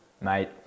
Mate